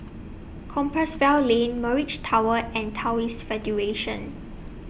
Compassvale Lane Mirage Tower and Taoist Federation